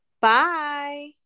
Bye